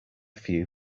few